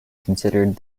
considered